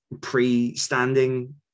pre-standing